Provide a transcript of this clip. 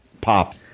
pop